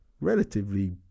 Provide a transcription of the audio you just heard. relatively